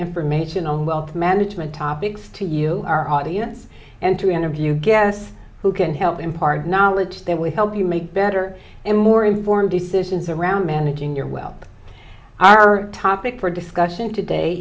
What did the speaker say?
information on wealth management topics to you our audience and to interview guests who can help impart knowledge that will help you make better and more informed decisions around managing your wealth our topic for discussion today